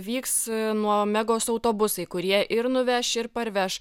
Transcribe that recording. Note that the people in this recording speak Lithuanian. vyks nuo megos autobusai kurie ir nuveš ir parveš